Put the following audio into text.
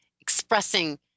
expressing